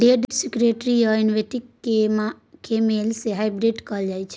date security आ equity केर मेल केँ हाइब्रिड कहल जाइ छै